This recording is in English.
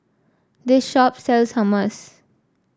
this shop sells Hummus